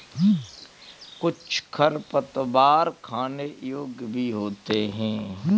कुछ खरपतवार खाने योग्य भी होते हैं